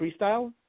freestyle